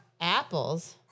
Apples